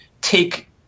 take